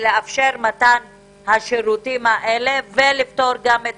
ולאפשר מתן השירותים האלה ולפטור גם את